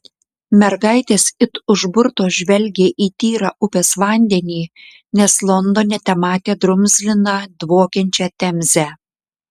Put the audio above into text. mergaitės it užburtos žvelgė į tyrą upės vandenį nes londone tematė drumzliną dvokiančią temzę